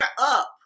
up